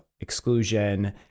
exclusion